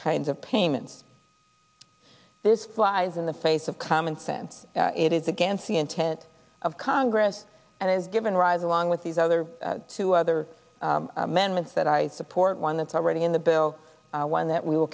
kinds of payments this flies in the face of common sense it is against the intent of congress and is given rise along with these other two other men with said i support one that's already in the bill one that we will